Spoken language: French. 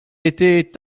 était